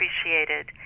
appreciated